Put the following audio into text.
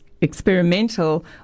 experimental